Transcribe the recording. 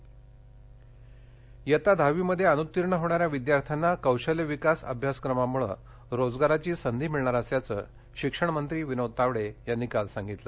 कौशल्य सेत इयत्ता दहावीमध्ये अनुत्तीर्ण होणाऱ्या विद्यार्थ्यांना कौशल्य विकास अभ्यासक्रमाम्ळ रोजगाराची संधी मिळणार असल्याचं शिक्षणमंत्री विनोद तावडे यांनी काल सांगितलं